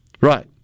Right